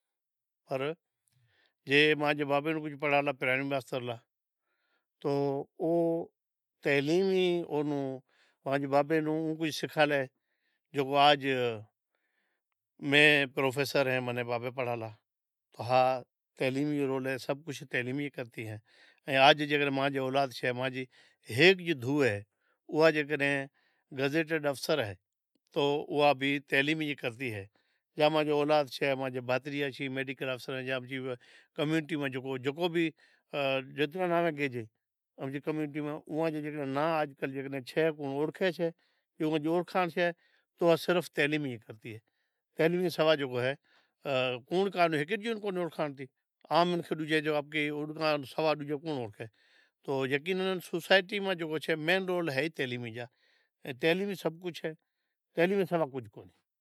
پر مانجے بابے کجھ پڑہایو تو پرائمری ماستر لا جیکا تعلیم جکو تعلیم اے جکو مانجے بابے ناں پنڑ سکھالیں جکو میں پروفیسر ایں بابا پڑہالا ہا تعلیم رو رول اے سبھ کجھ تعلیم اے ائیں آج جیکڈنہں مانجو اولاد چھے اوہا جیکڈہں گزیٹیڈ آفیسر اہے او بھی تعلیم ری کرتی اہے، جاں مانجو اولاد چھے یا مانجا بھاتریجا چھیں میڈیکل آفیسر یا کمیونٹی ماں جکو بھی اوئاں جا جیکا ناں آجکل کوئی اوڑکھے چھے کجھ اوڑکھانڑ چھے تو صرف تعلیم ئی کرتی چھے تعلیم سوا جیکو اہے ہیکے بیجے نیں کو اوڑکھانڑ تھے عام جکو آپنڑی اوڑکھانڑ سوا ڈوجو کونڑ اوڑکھے تو یقینن سوسائٹی ماں جکو چھے مین رول اہے تعلیمی جانڑ تعلیم سب کجھ اے تعلیم سوا کجھ کون اہے۔